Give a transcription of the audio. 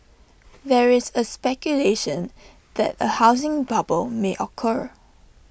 there is A speculation that A housing bubble may occur